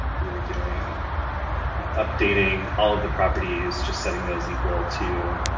we were doing updating all of the properties, just setting those equal to